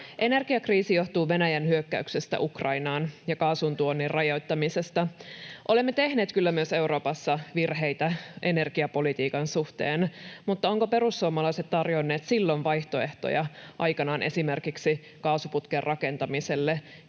Energiakriisi johtuu Venäjän hyökkäyksestä Ukrainaan ja kaasun tuonnin rajoittamisesta. Olemme tehneet kyllä myös Euroopassa virheitä energiapolitiikan suhteen, mutta ovatko perussuomalaiset tarjonneet silloin aikanaan vaihtoehtoja esimerkiksi kaasuputken rakentamiselle,